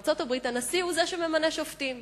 בארצות-הברית הנשיא הוא שממנה שופטים,